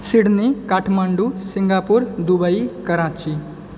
Sydney Kathmandu Singapore Dubai Karachi